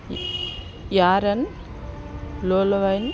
yarn లోలోవైన్